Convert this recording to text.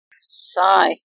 Sigh